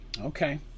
okay